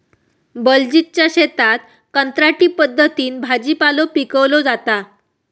बलजीतच्या शेतात कंत्राटी पद्धतीन भाजीपालो पिकवलो जाता